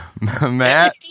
Matt